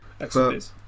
Excellent